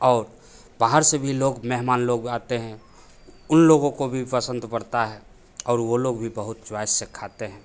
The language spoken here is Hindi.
और बाहर से भी लोग मेहमान लोग आते हैं उन लोगों को भी पसंद पड़ता है और वे लोग भी बहुत चॉइस से खाते हैं